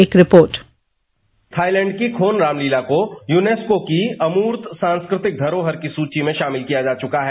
एक report Thailand की Khon Ramlila को यूनेस्को की अमूर्त सांस्कृतिक धरोहर की सूची में शामिल किया जा चुका है